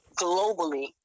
globally